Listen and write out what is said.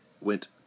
Went